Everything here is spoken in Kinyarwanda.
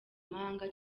mahanga